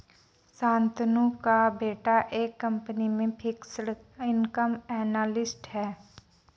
शांतनु का बेटा एक कंपनी में फिक्स्ड इनकम एनालिस्ट है